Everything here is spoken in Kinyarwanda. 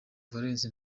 valence